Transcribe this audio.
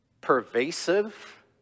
pervasive